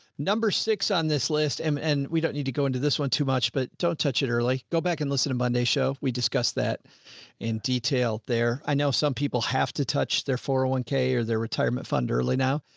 number six on this list. um and we don't need to go into this one too much, but don't touch it early. go back and listen to monday show. we discussed that in detail there. i know some people have to touch their four hundred and one k or their retirement fund early now,